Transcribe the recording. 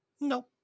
No